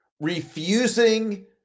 refusing